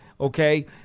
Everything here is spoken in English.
okay